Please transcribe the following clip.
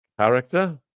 character